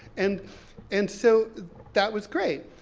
and and so that was great.